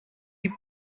you